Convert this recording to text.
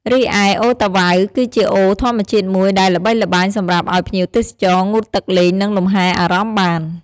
រីឯ អូរតាវ៉ៅ គឺជាអូរធម្មជាតិមួយដែលល្បីល្បាញសម្រាប់ឱ្យភ្ញៀវទេសចរ ងូតទឹកលេងនិងលំហែអារម្មណ៍បាន។